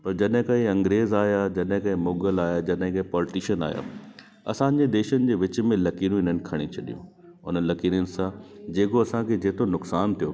पर जॾहिं खां हीअ अंग्रेज़ आया जॾहिं खां हीअ मुग़ल आया जॾहिं खां पॉलिटीशन आया असांजे देशनि जे विच में लकीरूं हिननि खणी छॾियूं हुननि लकीरनि सां जेको असांखे जेतिरो नुक़सानु थियो